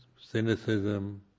cynicism